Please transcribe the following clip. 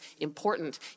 important